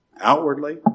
Outwardly